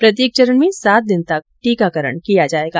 प्रत्येक चरण में सात दिन तक टीकाकरण किया जायेगा